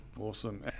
Awesome